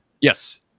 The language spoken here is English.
Yes